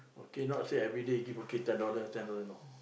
okay not say everyday give okay ten dollar ten dollar no